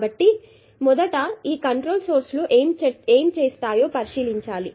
కాబట్టి మొదట మనం ఈ కంట్రోల్ సోర్స్ లు ఏమి చేస్తాయో పరిశీలించాలి